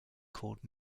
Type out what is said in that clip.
called